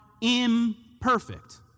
imperfect